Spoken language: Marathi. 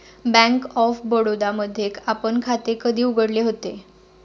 बँक ऑफ बडोदा मध्ये आपण खाते कधी उघडले होते?